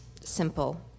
simple